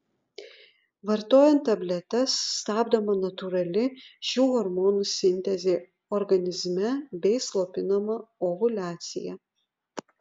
vartojant tabletes stabdoma natūrali šių hormonų sintezė organizme bei slopinama ovuliacija